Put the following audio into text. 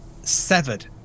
severed